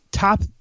Top